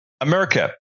America